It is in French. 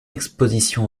exposition